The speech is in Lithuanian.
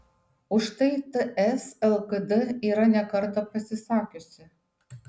už tai ts lkd yra ne kartą pasisakiusi